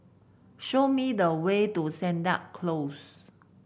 show me the way to Sennett Close